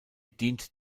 dient